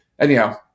anyhow